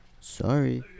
Sorry